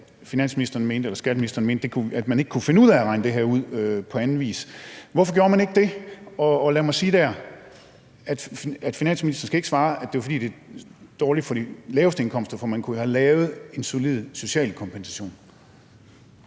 finansministeren mente, at man ikke kunne finde ud af at regne det her ud på anden vis. Hvorfor gjorde man ikke det? Og lad mig sige til det, at finansministeren ikke skal svare, at det var, fordi det ville være dårligt for dem med de laveste indkomster, for man kunne have lavet en solid social kompensation.